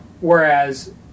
Whereas